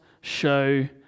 show